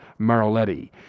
Maroletti